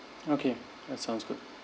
okay that sounds good